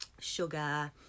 sugar